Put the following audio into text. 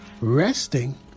Resting